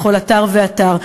בכל אתר ואתר,